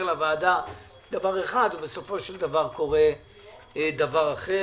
לוועדה דבר אחד ובסופו של דבר קורה דבר אחר.